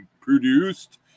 produced